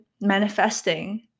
manifesting